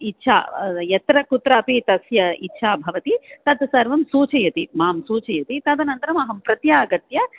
इच्छा यत्र कुत्रापि तस्य इच्छा भवति तद् सर्वं सूचयति मां सूचयति तदनन्तरमहं प्रत्यागत्य